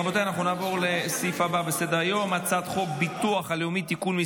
אני קובע כי הצעת חוק אומנה לילדים (תיקון מס'